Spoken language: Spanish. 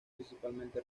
principalmente